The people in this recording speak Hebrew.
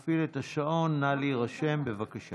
הסדרת מעמד הנציבות כגוף ביקורת